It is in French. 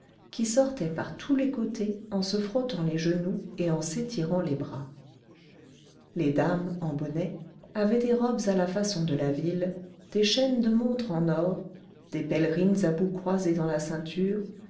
qui sortait par tous les côtés en se frottant les genoux et en s'étirant les bras les dames en bonnet avaient des robes à la façon de la ville des chaînes de montre en or des pèlerines à bouts croisés dans la ceinture